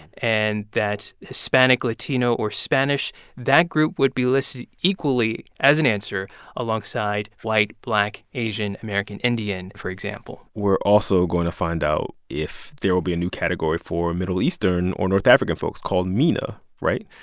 and that hispanic, latino or spanish that group would be listed equally as an answer alongside white, black, asian, american indian, for example we're also going to find out if there will be a new category for middle eastern or north african african folks, called mena. right?